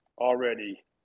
already